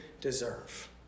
deserve